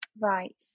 Right